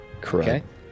Correct